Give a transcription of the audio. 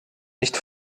nicht